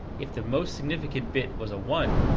if the most significant bit was a one,